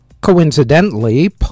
Coincidentally